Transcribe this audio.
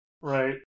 Right